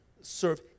serve